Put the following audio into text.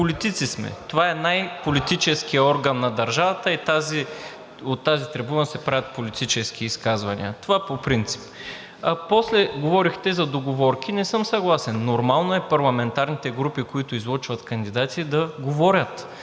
политици сме, това е най-политическият орган на държавата и от тази трибуна се правят политически изказвания. Това по принцип. После говорихте за договорки. Не съм съгласен. Нормално е парламентарните групи, които излъчват кандидати, да говорят.